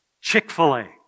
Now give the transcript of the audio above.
Chick-fil-A